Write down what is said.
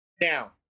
now